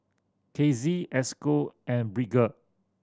Casie Esco and Bridger